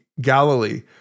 Galilee